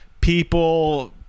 people